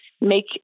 make